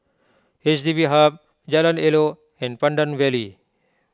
H D B Hub Jalan Elok and Pandan Valley